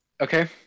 Okay